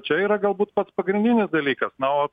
čia yra galbūt pats pagrindinis dalykas na o